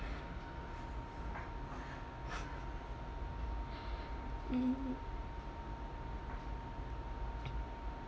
mm